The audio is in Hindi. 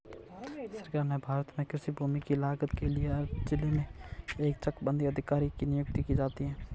सरकार ने भारत में कृषि भूमि की लागत के लिए हर जिले में एक चकबंदी अधिकारी की नियुक्ति की है